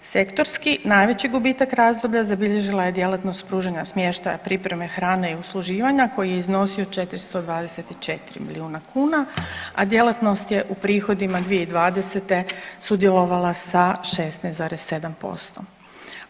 Sektorski, najveći gubitak razdoblja zabilježila je djelatnost pružanja smještaja, pripreme hrane i usluživanja koji je iznosio 424 milijuna kuna, a djelatnost je u prihodima 2020. sudjelovala sa 16,7%